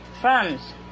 France